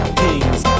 kings